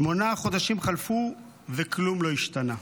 שמונה חודשים חלפו וכלום לא השתנה.